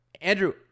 Andrew